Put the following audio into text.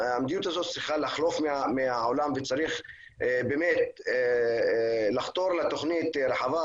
המדיניות הזו צריכה לחלוף מהעולם וצריך לחתור לתוכנית רחבה.